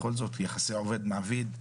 בכל זאת יחסי עובד מעביד,